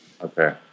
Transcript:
Okay